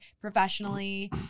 professionally